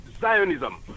Zionism